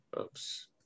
Oops